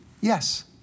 Yes